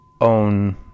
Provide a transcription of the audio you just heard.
own